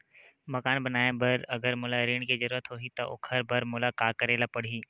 मकान बनाये बर अगर मोला ऋण के जरूरत होही त ओखर बर मोला का करे ल पड़हि?